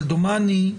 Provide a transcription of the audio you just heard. אבל דומני,